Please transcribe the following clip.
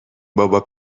بابا